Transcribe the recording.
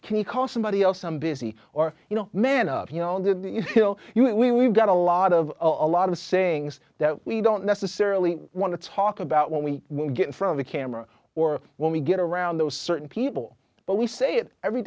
can you call somebody else i'm busy or you know men of you know that you feel you know we we've got a lot of a lot of sayings that we don't necessarily want to talk about when we will get in front of a camera or when we get around those certain people but we say it every